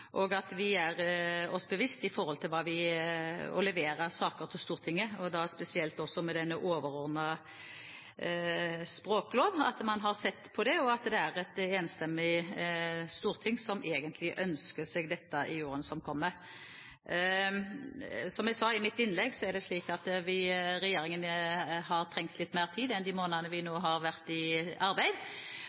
og at vi er oss dem bevisst når vi leverer saker til Stortinget, da spesielt også med hensyn til denne overordnede språkloven, at man har sett på det, og at det er et enstemmig storting som egentlig ønsker seg dette i årene som kommer. Som jeg sa i mitt innlegg, er det slik at regjeringen har trengt litt mer tid enn de månedene vi nå har vært i arbeid,